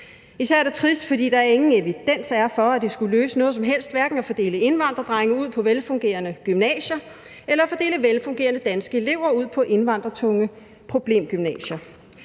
Især er det trist, fordi der ingen evidens er for, at det skulle løse noget som helst hverken at fordele indvandrerdrenge ud på velfungerende gymnasier eller at fordele velfungerende danske elever ud på indvandrertunge problemgymnasier.